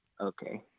Okay